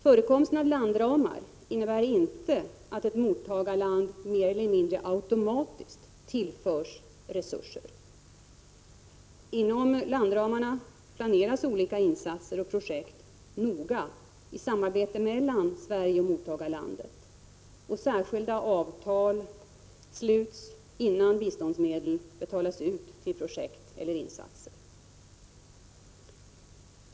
Förekomsten av landramar innebär inte att ett mottagarland mer eller mindre automatiskt tillförs resurser. Inom landramarna planeras olika insatser och projekt noga i samarbete mellan Sverige och mottagarlandet, och särskilt avtal sluts innan biståndsmedel betalas ut till projekt eller insatser.